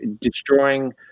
destroying